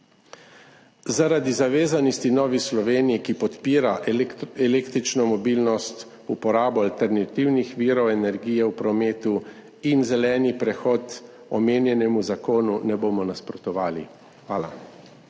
Zaradi zavezanosti Nove Slovenije, ki podpira električno mobilnost, uporabo alternativnih virov energije v prometu in zeleni prehod, omenjenemu zakonu ne bomo nasprotovali. Hvala.